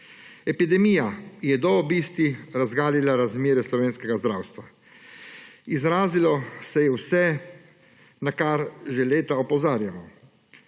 Epidemija je do obisti razglasila razmere slovenskega zdravstva, izrazilo se je vse, na kar že leta opozarjamo: